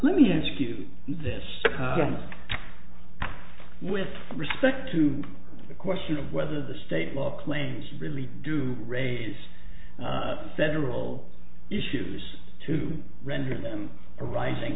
let me ask you this with respect to the question whether the state law claims really do raise federal issues to render them arising